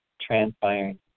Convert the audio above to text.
transpiring